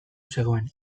zegoen